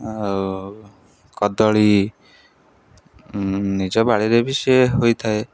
ଆଉ କଦଳୀ ନିଜ ବାଡ଼ିରେ ବି ସିଏ ହୋଇଥାଏ